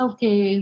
Okay